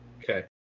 Okay